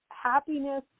happiness